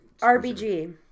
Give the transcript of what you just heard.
RBG